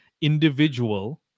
individual